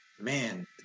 man